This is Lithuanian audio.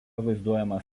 vaizduojamas